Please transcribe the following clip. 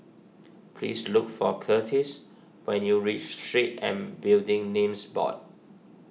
please look for Curtiss when you reach Street and Building Names Board